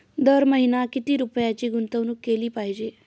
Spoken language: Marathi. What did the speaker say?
दर महिना किती रुपयांची गुंतवणूक केली पाहिजे?